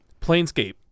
Planescape